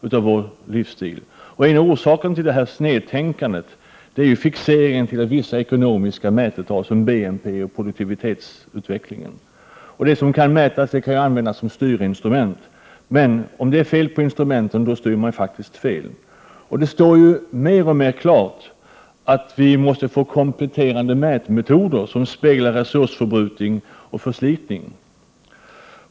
Men vad är orsaken till detta snedtänkande? Jo, det är fixeringen vid vissa ekonomiska mättal — såsom BNP och produktivitetsutvecklingen. Det som kan mätas kan ju användas som styrinstrument. Men om det är fel på instrumenten, styr man faktiskt fel. Det framstår allt klarare att vi måste få kompletterande mätmetoder som avspeglar resursförbrukning och förslitning.